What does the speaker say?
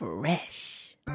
Fresh